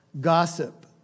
Gossip